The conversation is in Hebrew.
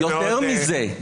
יותר מזה,